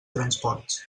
transports